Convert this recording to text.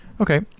Okay